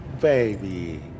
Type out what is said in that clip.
baby